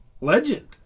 Legend